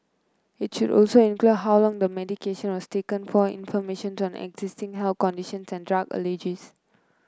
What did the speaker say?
it should also include how long the medication was taken for information on existing health conditions and drug allergies